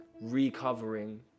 recovering